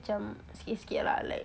macam sikit sikit/malay> lah like